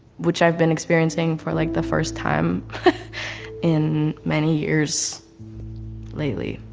which i've been experiencing for like, the first time in many years lately,